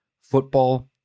football